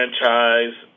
franchise